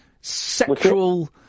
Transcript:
sexual